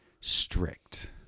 strict